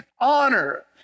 honor